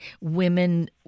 women